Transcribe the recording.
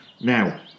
Now